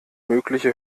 mögliche